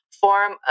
form